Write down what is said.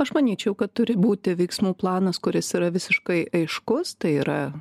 aš manyčiau kad turi būti veiksmų planas kuris yra visiškai aiškus tai yra